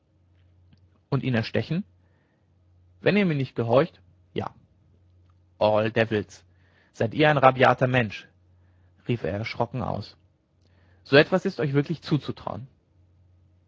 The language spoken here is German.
und ihn erstechen wenn er mir nicht gehorcht ja all devils seid ihr ein rabiater mensch rief er erschrocken aus so etwas ist euch wirklich zuzutrauen